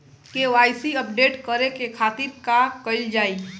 KYC update करे के खातिर का कइल जाइ?